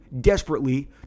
desperately